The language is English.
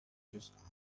just